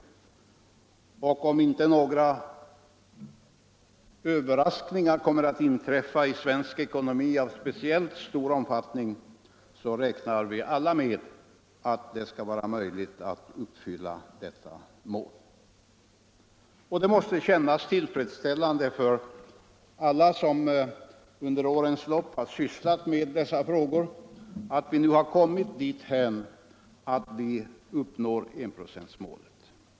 Om inte några överraskningar av speciellt stor omfattning kommer att inträffa i vår ekonomi, räknar vi alla med att det skall vara möjligt att nå detta mål. Det måste kännas tillfredsställande för alla som under årens lopp har sysslat med dessa frågor att vi nu har kommit dithän att vi uppnår enprocentsmålet.